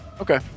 Okay